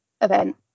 event